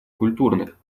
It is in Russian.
культурных